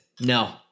No